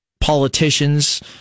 politicians